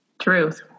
Truth